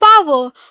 power